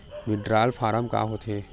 withdrawal form का होथेय